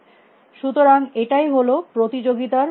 সুতরাং এটাই হল এই প্রতিযোগিতার প্রকৃতি